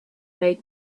made